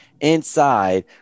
inside